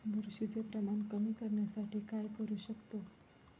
बुरशीचे प्रमाण कमी करण्यासाठी काय करू शकतो?